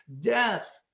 death